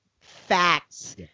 Facts